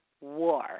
war